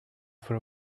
for